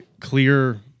clear